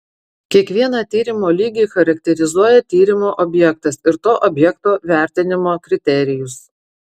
kiekvieną tyrimo lygį charakterizuoja tyrimo objektas ir to objekto vertinimo kriterijus